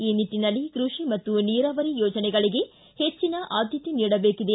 ಈ ನಿಟ್ಟಿನಲ್ಲಿ ಕೃಷಿ ಮತ್ತು ನೀರಾವರಿ ಯೋಜನೆಗಳಿಗೆ ಪೆಚ್ಚಿನ ಆದ್ಯತೆ ನೀಡಬೇಕಿದೆ